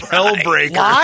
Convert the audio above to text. Hellbreaker